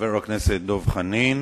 חבר הכנסת דב חנין.